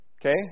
Okay